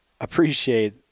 appreciate